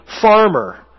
farmer